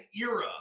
Era